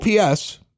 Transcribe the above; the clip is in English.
OPS –